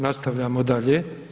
Nastavljamo dalje.